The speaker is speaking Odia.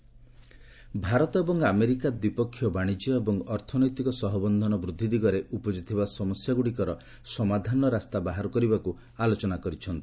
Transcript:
ୟୁଏସ୍ ଇଣ୍ଡିଆ ଟ୍ରେଡ୍ ଭାରତ ଏବଂ ଆମେରିକା ଦ୍ୱିପକ୍ଷୀୟ ବାଶିଜ୍ୟ ଏବଂ ଅର୍ଥନୈତିକ ସହବନ୍ଧନ ବୃଦ୍ଧି ଦିଗରେ ଉପୁଜିଥିବା ସମସ୍ୟାଗୁଡ଼ିକର ସମାଧାନର ରାସ୍ତା ବାହାର କରିବାକୁ ଆଲୋଚନା କରିଛନ୍ତି